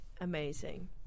Amazing